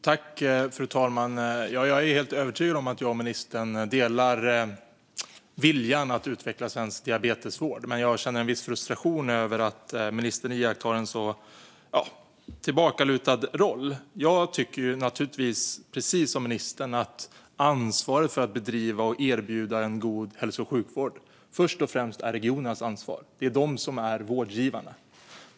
Fru talman! Jag är övertygad om att jag och ministern delar vilja att utveckla svensk diabetesvård. Men jag känner en viss frustration över att ministern intar en så tillbakalutad roll. Jag tycker givetvis precis som ministern att ansvaret för att erbjuda och bedriva en god hälso och sjukvård först och främst är regionernas. Det är de som är vårdgivarna.